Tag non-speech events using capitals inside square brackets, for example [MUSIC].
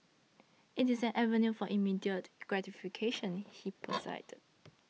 it is an avenue for immediate gratification he [NOISE] posited